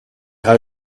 how